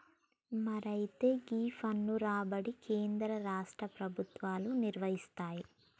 మరి అయితే ఈ పన్ను రాబడి కేంద్ర రాష్ట్ర ప్రభుత్వాలు నిర్వరిస్తాయి